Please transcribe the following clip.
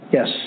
Yes